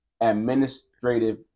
administrative